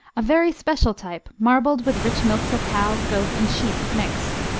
a very special type marbled with rich milks of cow, goat and sheep, mixed.